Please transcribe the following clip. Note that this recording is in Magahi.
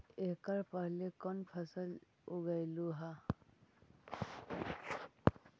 एकड़ पहले कौन फसल उगएलू हा?